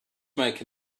make